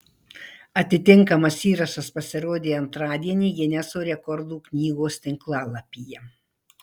atitinkamas įrašas pasirodė antradienį gineso rekordų knygos tinklalapyje